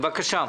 בבקשה.